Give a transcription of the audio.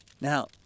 Now